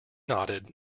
nodded